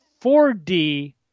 4D